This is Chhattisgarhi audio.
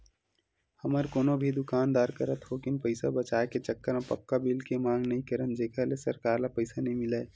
हमन कोनो भी दुकानदार करा थोकिन पइसा बचाए के चक्कर म पक्का बिल के मांग नइ करन जेखर ले सरकार ल पइसा नइ मिलय